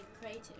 creative